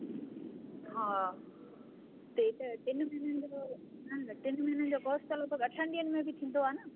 हा टे त टिनि महीन न जो कोर्स न न टिनि महीने न जो कोर्स त लॻभॻि अठनि ॾींहंनि में बि थींदो आहे न